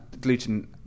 gluten